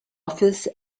office